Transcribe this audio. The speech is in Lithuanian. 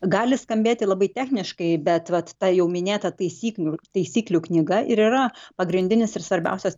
gali skambėti labai techniškai bet vat ta jau minėta taisyklių taisyklių knyga ir yra pagrindinis ir svarbiausias